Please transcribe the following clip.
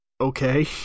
okay